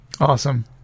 Awesome